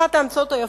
אחת ההמצאות היפות,